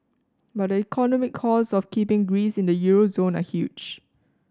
but the economic costs of keeping Greece in the euro zone are huge